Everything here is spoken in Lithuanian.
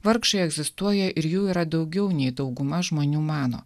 vargšai egzistuoja ir jų yra daugiau nei dauguma žmonių mano